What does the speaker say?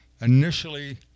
initially